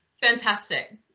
fantastic